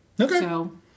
Okay